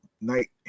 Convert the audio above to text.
night